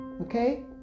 Okay